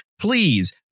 please